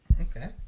Okay